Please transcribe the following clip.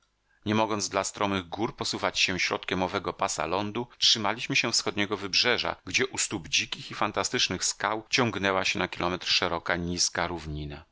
nie mogąc dla stromych gór posuwać się środkiem owego pasa lądu trzymaliśmy się wschodniego wybrzeża gdzie u stóp dzikich i fantastycznych skał ciągnęła się na kilometr szeroka nizka równina